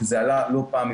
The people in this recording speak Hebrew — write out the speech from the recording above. כי זה עלה לא פעם,